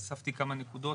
הוספתי כמה נקודות.